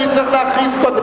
אני צריך להכריז קודם.